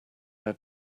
how